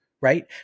right